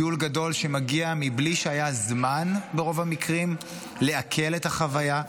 טיול גדול שמגיע בלי שהיה זמן ברוב המקרים לעכל את החוויה,